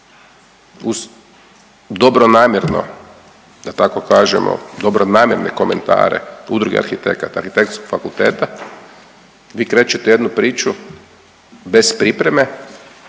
uz dobronamjerno da tako kažemo, dobronamjerne komentare Udruge arhitekata, Arhitektonskog fakulteta vi krećete u jednu priču bez pripreme